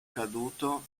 caduto